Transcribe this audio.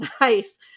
nice